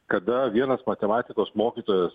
kada vienas matematikos mokytojas